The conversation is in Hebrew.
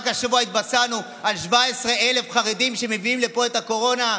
רק השבוע התבשרנו על 17,000 חרדים שמביאים לפה את הקורונה,